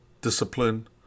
discipline